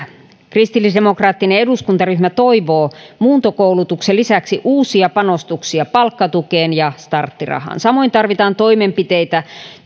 kristillisdemokraattinen eduskuntaryhmä toivoo muuntokoulutuksen lisäksi uusia panostuksia palkkatukeen ja starttirahaan samoin tarvitaan toimenpiteitä